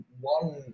one